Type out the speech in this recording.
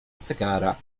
cygara